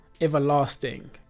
everlasting